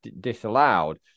disallowed